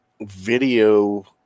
video